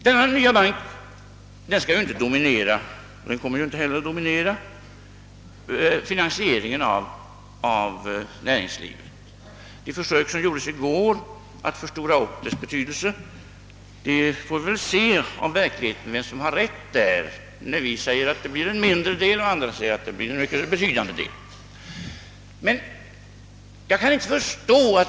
Denna nya bank skall ju inte dominera finansieringen av näringslivet, och den kommer inte heller att göra det. Man försökte i går att förstora upp dess betydelse. Vi säger att banken kommer att stå för en mindre del av näringslivets finansiering och andra säger att den kommer att stå för en mycket betydande del. Vi får väl se så småningom vem som har rätt.